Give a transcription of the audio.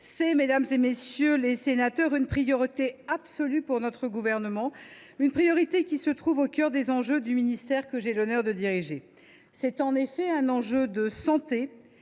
de nos concitoyens. C’est aussi une priorité absolue pour le Gouvernement, une priorité qui se trouve au cœur des enjeux du ministère que j’ai l’honneur de diriger. C’est en effet un enjeu de santé,